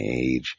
age